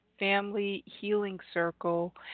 FamilyHealingCircle